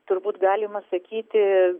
turbūt galima sakyti